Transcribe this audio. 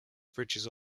bridges